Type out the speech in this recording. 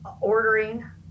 ordering